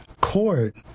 court